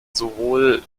sowohl